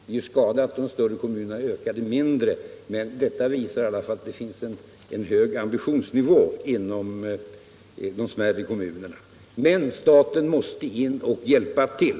Det är skada att det ökade mindre i de större kommunerna, men detta visar i alla fall att det finns en hög ambitionsnivå inom de mindre kommunerna. Men staten måste in och hjälpa till.